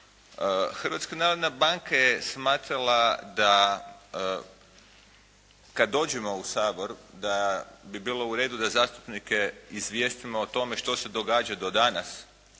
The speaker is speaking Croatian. Hrvatska narodna banka je smatrala da kada dođemo u Sabor da bi bilo u redu da zastupnike izvijestimo o tome što se događa do danas